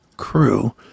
crew